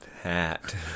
hat